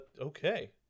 Okay